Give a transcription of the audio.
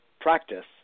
practice